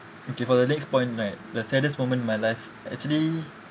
okay for the next point right the saddest moment in my life actually